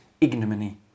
ignominy